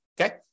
okay